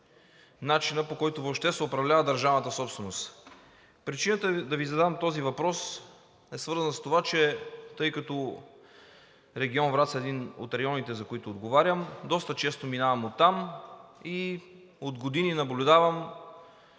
начина, по който въобще се управлява държавната собственост. Причината да Ви задам този въпрос е свързана с това, че регион Враца е един от районите, за които отговарям, и доста често минавам оттам. От години наблюдавам